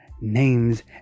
names